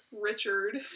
Richard